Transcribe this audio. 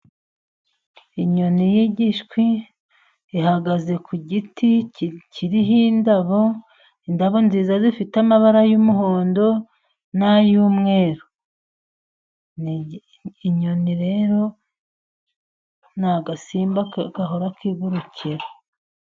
Inyoni y'igishwi ihagaze ku giti kiriho indabo ,indabo nziza zifite amabara y'umuhondo nay'umweru, inyoni rero n'agasimba gahora kigurukira.